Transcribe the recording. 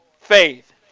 faith